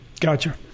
Gotcha